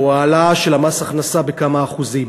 או ההעלאה של מס הכנסה בכמה אחוזים,